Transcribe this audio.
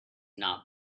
not